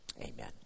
Amen